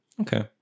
okay